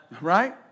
Right